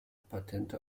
patente